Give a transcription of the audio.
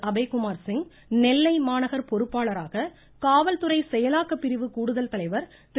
அபய்குமார் சிங் நெல்லை மாநகர் பொறுப்பாளராக காவல்துறை செயலாக்கப்பிரிவு கூடுதல் தலைவர் திரு